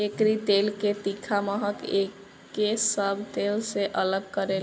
एकरी तेल के तीखा महक एके सब तेल से अलग करेला